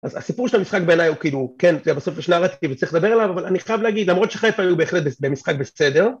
‫אז הסיפור של המשחק בעיניי הוא כאילו, ‫כן, בסוף ישנה רציתי וצריך לדבר עליו, ‫אבל אני חייב להגיד, ‫למרות שחיפה היו בהחלט במשחק בסדר...